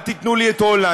אל תיתנו לי את הולנד,